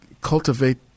cultivate